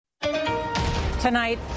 Tonight